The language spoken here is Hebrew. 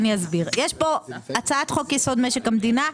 יש פה הצעת חוק-יסוד: משק המדינה,